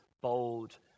bold